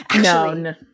No